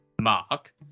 Mark